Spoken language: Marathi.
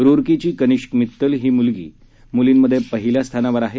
रुरकीची कनिष्क मित्तल ही मुलींमध्ये पहिल्या स्थानावर आहे